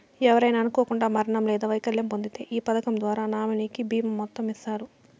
ఎవరైనా అనుకోకండా మరణం లేదా వైకల్యం పొందింతే ఈ పదకం ద్వారా నామినీకి బీమా మొత్తం ఇస్తారు